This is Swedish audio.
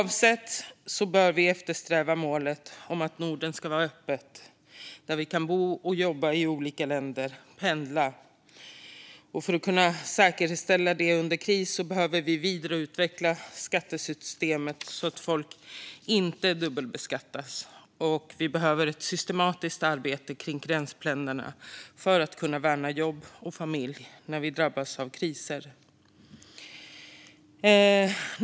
Vi bör eftersträva målet att Norden ska vara öppet så att vi kan bo och jobba i olika länder genom att pendla. För att kunna säkerställa det under kris behöver vi vidareutveckla skattesystemet så att folk inte dubbelbeskattas, och vi behöver ett systematiskt arbete kring gränspendlarna för att värna deras jobb och familjer när vi drabbas av kriser.